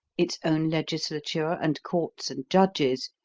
its own legislature, and courts, and judges,